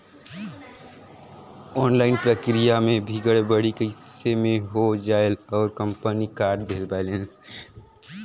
Online प्रक्रिया मे भी गड़बड़ी कइसे मे हो जायेल और कंपनी काट देहेल बैलेंस?